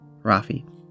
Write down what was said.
Rafi